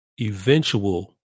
eventual